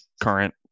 current